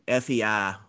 FEI